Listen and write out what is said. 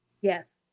Yes